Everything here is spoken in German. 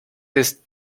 des